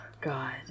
God